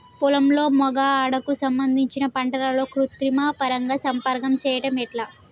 పొలంలో మగ ఆడ కు సంబంధించిన పంటలలో కృత్రిమ పరంగా సంపర్కం చెయ్యడం ఎట్ల?